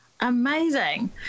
amazing